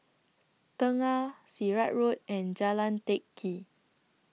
Tengah Sirat Road and Jalan Teck Kee